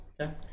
Okay